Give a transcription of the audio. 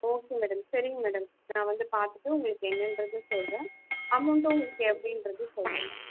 okay madam சரிங்க madam நான் வந்து பார்த்துட்டு உங்களுக்கு என்னென்றது சொல்கிறேன் அமௌண்ட்டும் உங்களுக்கு எப்படின்றது சொல்கிறேன் மேம்